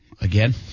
Again